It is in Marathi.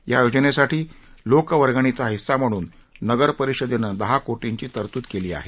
या योजनेसाठी लोकवर्गणीचा हिस्सा म्हणून नगरपरिषदेने दहा कोटींची तरतूद केली आहे